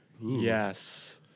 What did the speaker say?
yes